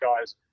guys